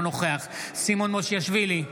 אינו נוכח סימון מושיאשוילי,